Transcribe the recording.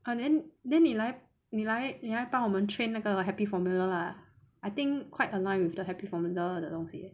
oh then then 你来你来你来帮我们 train 那个 happy formula lah I think quite align with the happy formula 的东西